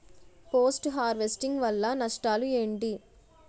Post harvesting వల్ల నష్టాలు ఏంటి?